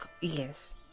yes